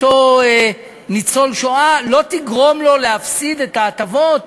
אותו ניצול שואה לא תגרום לו להפסיד את ההטבות